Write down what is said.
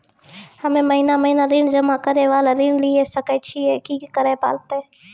हम्मे महीना महीना ऋण जमा करे वाला ऋण लिये सकय छियै, की करे परतै?